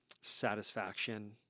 satisfaction